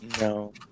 No